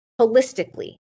holistically